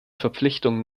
verpflichtungen